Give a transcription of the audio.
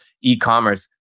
e-commerce